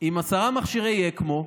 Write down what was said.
עם 10 מכשירי אקמו.